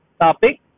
topic